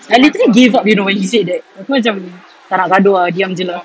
I literally gave up you know when he said that aku macam tak nak gaduh lah diam jer lah